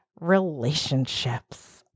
Relationships